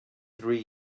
three